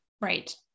Right